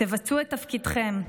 תבצעו את תפקידכם,